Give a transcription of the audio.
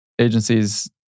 agencies